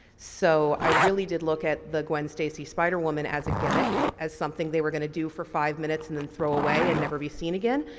so, i really did look at the gwen stacy spider woman as a gimmick, as something they were going to do for five minutes and then throw away and never be seen again.